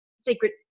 secret